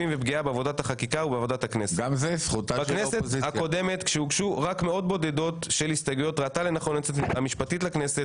אדוני --- לנו זכות קריאת ביניים.